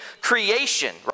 creation